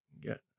get